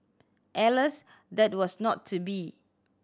alas that was not to be